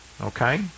Okay